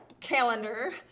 calendar